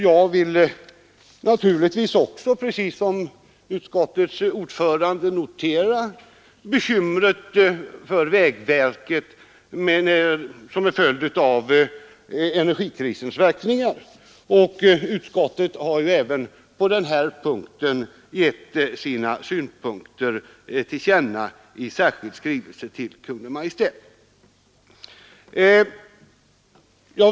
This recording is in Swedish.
Jag vill precis som utskottets ordförande notera de bekymmer som vägverket fått till följd av energikrisens verkningar. Utskottet vill även på den punkten ge sina synpunkter till känna i särskild skrivelse till Kungl. Maj:t.